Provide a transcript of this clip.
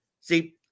see